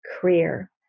career